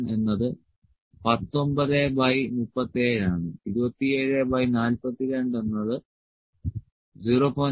51 എന്നത് 19 ബൈ 37 ആണ് 27 ബൈ 42 എന്നത് 0